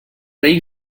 rei